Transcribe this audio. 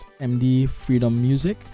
mdfreedommusic